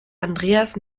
andreas